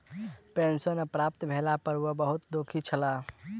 pension नै प्राप्त भेला पर ओ बहुत दुःखी छला